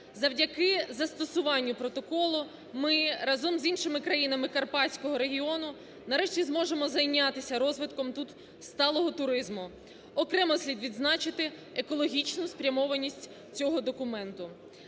Завдяки застосуванню протоколу ми, разом з іншими країнами карпатського регіону, нарешті зможемо зайнятися розвитком тут сталого туризму. Окремо слід відзначити екологічну спрямованість цього документу.